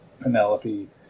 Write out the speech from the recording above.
Penelope